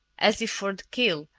as if for the kill,